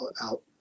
out